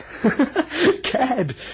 cad